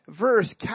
verse